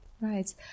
right